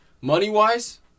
money-wise